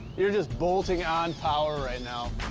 you're just bolting on power right now.